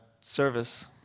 service